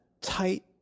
tight